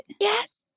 Yes